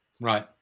Right